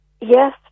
Yes